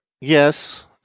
yes